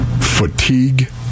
Fatigue